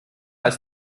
ist